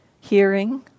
hearing